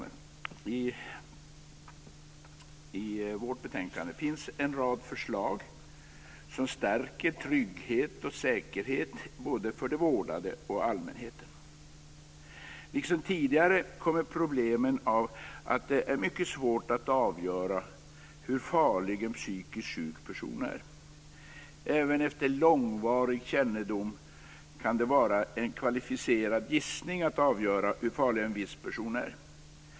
I detta betänkandet finns det en rad förslag som stärker tryggheten och säkerheten för både de vårdade och allmänheten. Liksom tidigare kommer problemen av att det är mycket svårt att avgöra hur farlig en psykiskt sjuk person är. Även efter långvarig kännedom kan det vara en kvalificerad gissning att avgöra hur farlig en viss person är.